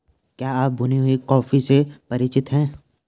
क्या आप भुनी हुई कॉफी से परिचित हैं?